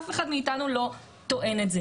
אף אחד מאיתנו לא טוען את זה.